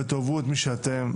ותאהבו את מי שאתם,